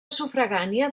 sufragània